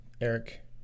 Eric